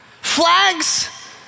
Flags